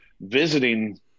visiting